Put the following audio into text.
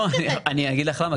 אני אגיד לך למה,